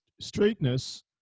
straightness